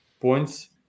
points